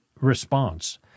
response